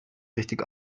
richtig